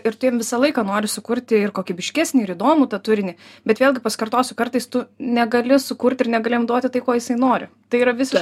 ir tu jiem visą laiką nori sukurti ir kokybiškesnį ir įdomų turinį bet vėlgi pasikartosiu kartais tu negali sukurti ir negali jam duoti tai ko jisai nori tai yra viskas